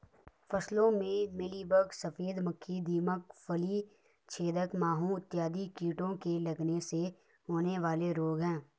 फसलों में मिलीबग, सफेद मक्खी, दीमक, फली छेदक माहू इत्यादि कीटों के लगने से होने वाले रोग हैं